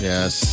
Yes